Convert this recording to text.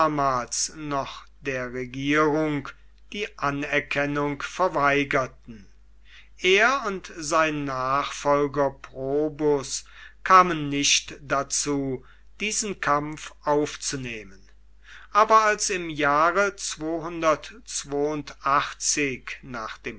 noch der regierung die anerkennung verweigerten er und sein nachfolger probus kamen nicht dazu diesen kampf aufzunehmen aber als im jahre nach